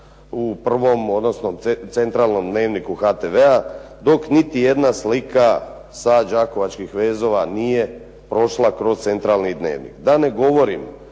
u prvom odnosno centralnom "Dnevniku" HTV-a dok niti jedna slika sa "Đakovačkih vezova" nije prošla kroz centralni "Dnevnik". Da ne govorim,